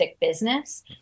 business